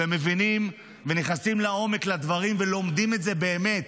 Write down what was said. ומבינים ונכנסים לעומק של הדברים ולומדים את זה באמת,